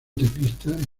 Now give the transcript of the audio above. teclista